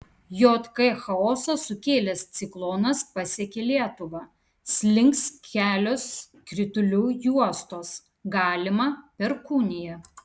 jk chaosą sukėlęs ciklonas pasiekė lietuvą slinks kelios kritulių juostos galima perkūnija